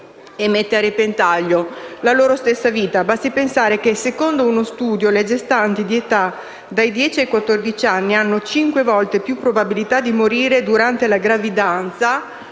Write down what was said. e mette a repentaglio la loro stessa vita. Basti pensare che, secondo uno studio, le gestanti di età dai dieci ai quattordici anni hanno 5 volte più probabilità di morire durante la gravidanza